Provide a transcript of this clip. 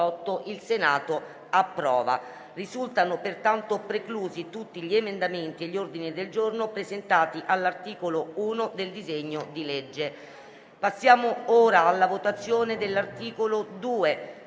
Allegato B).* Risultano pertanto preclusi tutti gli emendamenti e gli ordini del giorno presentati all'articolo 1 del disegno di legge. Indìco la votazione dell'articolo 2,